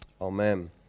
Amen